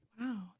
Wow